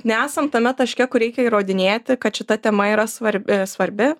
nesam tame taške kur reikia įrodinėti kad šita tema yra svarbi svarbi